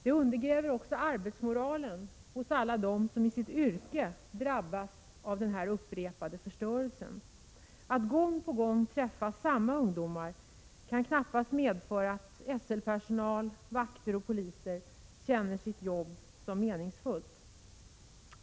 Det undergräver också arbetsmoralen hos alla dem som i sitt yrke drabbas av den upprepade förstörelsen. Att gång på gång träffa på samma ungdomar i detta sammanhang kan knappast medföra att SL-personal, vakter och poliser upplever sitt jobb som meningsfullt.